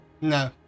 No